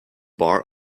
bar